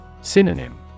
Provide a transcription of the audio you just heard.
Synonym